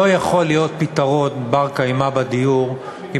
לא יכול להיות פתרון בר-קיימא בדיור אם